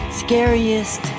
scariest